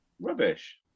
rubbish